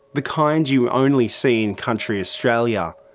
the kind you only see in country australia,